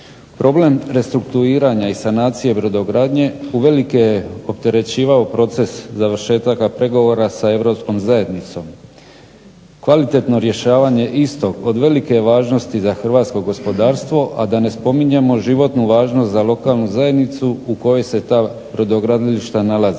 Problem restrukturiranja i sanacije brodogradnje uvelike je opterećivao proces završetaka pregovora sa Europskom zajednicom. Kvalitetno rješavanje istog od velike je važnosti za hrvatsko gospodarstvo, a da ne spominjemo životnu važnost za lokalnu zajednicu u kojoj se ta brodogradilišta nalaze.